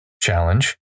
challenge